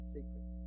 secret